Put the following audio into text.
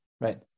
Right